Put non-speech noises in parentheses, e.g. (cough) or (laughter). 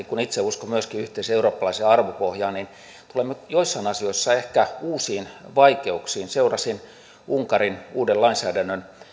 (unintelligible) kun itse uskon myöskin yhteiseen eurooppalaiseen arvopohjaan niin tulemme joissain asioissa ehkä uusiin vaikeuksiin seurasin unkarin uuden lainsäädännön